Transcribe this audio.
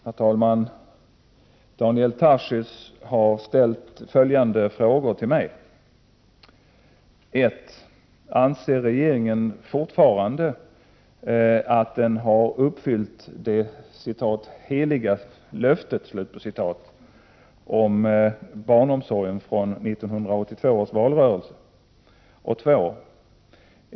Herr talman! Daniel Tarschys har ställt följande frågor till mig: 2.